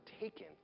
taken